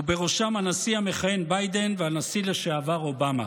ובראשם הנשיא המכהן ביידן והנשיא לשעבר אובמה.